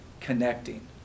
connecting